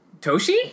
Toshi